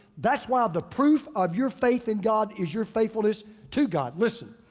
that's why the proof of your faith in god is your faithfulness to god. listen,